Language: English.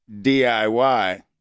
DIY